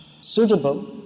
suitable